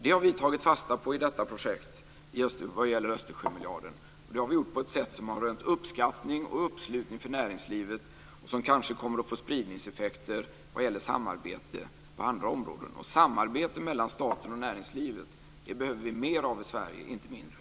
Det har vi tagit fasta på i detta projekt vad gäller Östersjömiljarden, och det har vi gjort på ett sätt som har rönt uppskattning och uppslutning från näringslivet och som kanske kommer att få spridningseffekter vad gäller samarbete på andra områden. Samarbete mellan staten och näringslivet behöver vi mer av i Sverige, inte mindre.